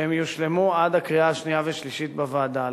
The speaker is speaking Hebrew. שהם יושלמו עד הקריאה השנייה והשלישית בוועדה.